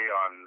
on